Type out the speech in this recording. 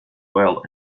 well